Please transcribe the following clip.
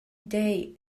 day